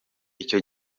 icyo